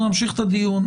אנחנו נמשיך את הדיון,